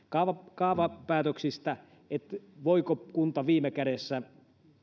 kaavapäätöksissä siitä voiko kunta viime kädessä